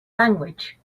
language